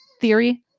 theory